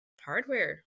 hardware